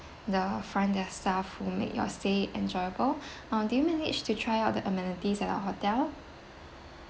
the front desk staff will make your stay enjoyable uh do you managed to try out the amenities at our hotel